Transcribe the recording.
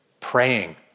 Praying